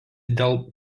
dėl